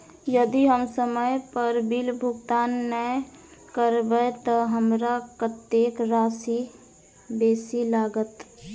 यदि हम समय पर बिल भुगतान नै करबै तऽ हमरा कत्तेक राशि बेसी लागत?